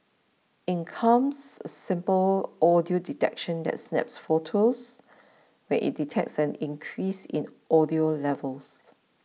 in comes a simple audio detection that snaps photos when it detects an increase in audio levels